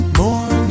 more